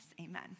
Amen